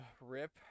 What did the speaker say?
Rip